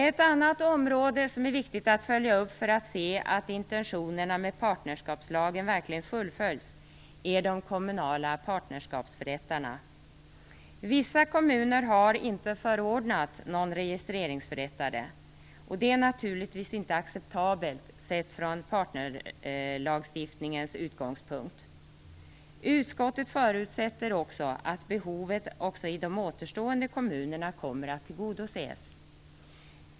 Ett annat område som det är viktigt att följa upp för att se att intentionerna med partnerskapslagen verkligen fullföljs är de kommunala partnerskapsförrättarna. Vissa kommuner har inte förordnat någon registreringsförrättare. Det är naturligtvis inte acceptabelt från partnerlagstiftningens utgångspunkt. Utskottet förutsätter också att behovet även i de återstående kommunerna kommer att tillgodoses.